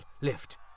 lift